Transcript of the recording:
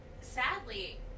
sadly